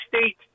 state